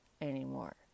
anymore